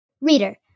Reader